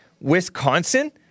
Wisconsin